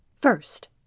First